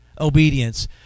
obedience